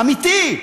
אמיתי.